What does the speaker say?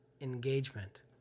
engagement